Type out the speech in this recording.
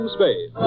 Spade